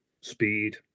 speed